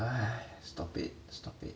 哎 stop it stop it